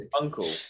Uncle